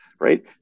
Right